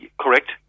correct